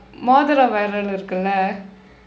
மோதிர விரல் இருக்கு இல்ல:moothira viral irukku illa